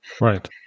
Right